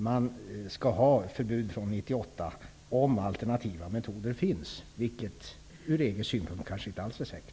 EG skall införa förbud från 1998, om alternativa metoder finns, vilket kanske inte alls är säkert.